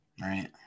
right